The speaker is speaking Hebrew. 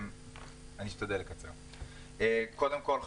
קודם כל,